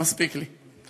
מספיק לי.